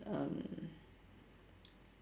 um